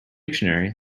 dictionary